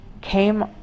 came